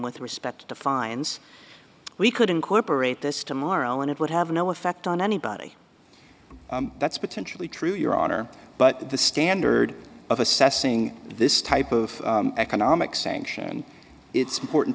with respect to fines we could incorporate this tomorrow and it would have no effect on anybody that's potentially true your honor but the standard of assessing this type of economic sanction it's important